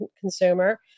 consumer